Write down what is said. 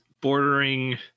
bordering